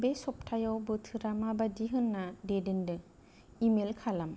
बे सप्तायाव बोथोरा माबादि होन्ना डेदेननो इमेल खालाम